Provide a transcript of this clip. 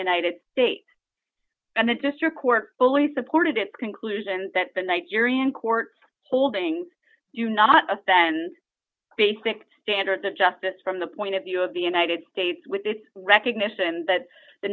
united states and the district court fully supported it conclusion that the nigerian court's holding you not offend basic standards of justice from the point of view of the united states with its recognition that the